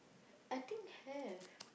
I think have